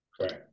Right